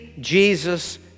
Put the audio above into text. Jesus